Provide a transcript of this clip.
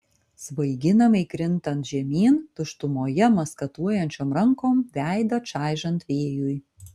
svaiginamai krintant žemyn tuštumoje maskatuojančiom rankom veidą čaižant vėjui